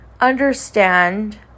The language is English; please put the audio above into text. understand